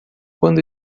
quando